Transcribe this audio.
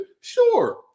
Sure